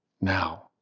now